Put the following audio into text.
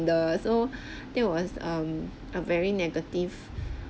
so that was um a very negative